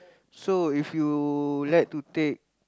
so if you like to take